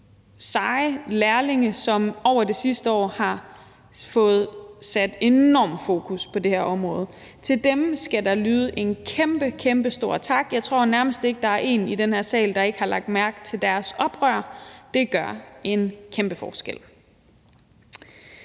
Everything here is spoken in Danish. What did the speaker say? seje lærlinge, som over det sidste år har fået sat et enormt fokus på det her område. Til dem skal der lyde en kæmpe, kæmpe stor tak. Jeg tror nærmest ikke, at der er én i den her sal, der ikke har lagt mærke til deres oprør; det gør en kæmpe forskel.